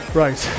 right